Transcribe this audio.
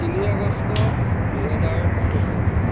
তিনি আগষ্ট দুহেজাৰ চৈধ্য